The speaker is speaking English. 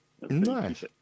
Nice